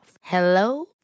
Hello